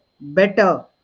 better